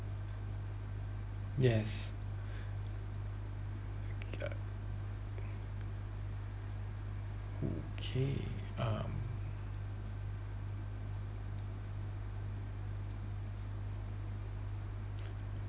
yes okay um